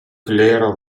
clero